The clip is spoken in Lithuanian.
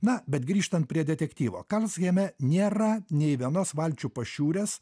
na bet grįžtam prie detektyvo karlshamne nėra nei vienos valčių pašiūrės